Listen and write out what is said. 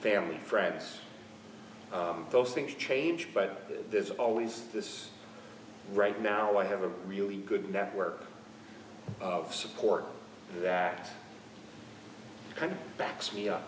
family friends those things change but there's always this right now i have a really good network of support that kind of backs me up